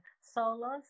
solos